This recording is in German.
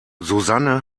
susanne